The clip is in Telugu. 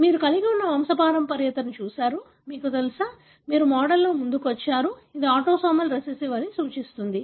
మీరు కలిగి ఉన్న వంశపారంపర్యతను మీరు చూసారు మీకు తెలుసా మీరు మోడల్తో ముందుకు వచ్చారు ఇది ఆటోసోమల్ రిసెసివ్ అని సూచిస్తుంది